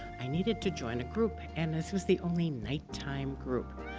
i needed to join a group and this is the only nighttime group.